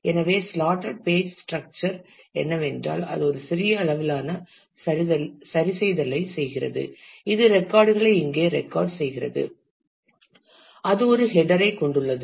எனவே slotted page structure என்னவென்றால் அது ஒரு சிறிய அளவிலான சரிசெய்தலைச் செய்கிறது இது ரெக்கார்ட் களை இங்கே ரெக்கார்ட் செய்கிறது அது ஒரு ஹெடர் ஐ கொண்டுள்ளது